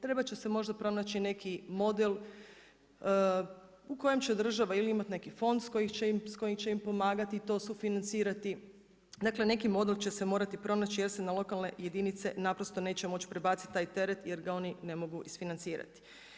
Trebat će se možda pronaći neki model u kojem će država ili imati neki fond s kojim će im pomagati i to sufinancirati, dakle neki model će se morati pronaći jer se na lokalne jedinice naprosto neće moći prebaciti taj teret jer ga oni ne mogu isfinancirati.